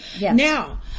Now